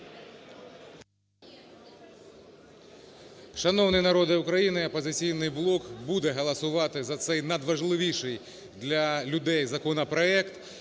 Шановний народе України, "Опозиційний блок" буде голосувати за цейнадважливіший для людей законопроект